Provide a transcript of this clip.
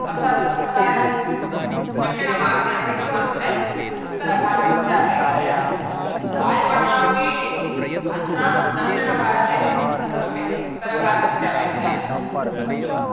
अर्थात् सम्प्रदायस्थं दक्षिणभारते अधिकं वर्तते उत्तरभारतस्य अपेक्षया वायुगुणः अपि अत्र दक्षिणभारते सम्यक् उत्तरभारतस्य अपेक्षया